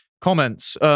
comments